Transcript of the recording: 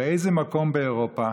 באיזה מקום באירופה,